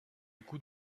goût